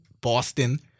Boston